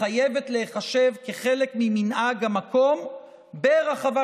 יש כאלה שרוצים לפגוע בקדושת המקום ורוצים